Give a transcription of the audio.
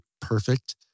perfect